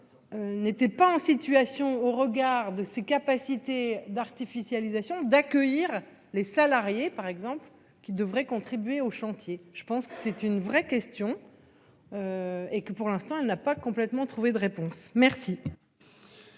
N'était pas en situation au regard de ses capacités d'artificialisation d'accueillir les salariés par exemple qui devrait contribuer au chantier. Je pense que c'est une vraie question. Et que pour l'instant elle n'a pas complètement trouver de réponse. Merci.